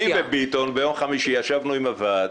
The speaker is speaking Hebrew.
ביטון ואני ביום חמישי ישבנו עם הוועד.